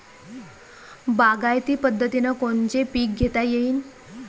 बागायती पद्धतीनं कोनचे पीक घेता येईन?